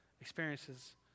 experiences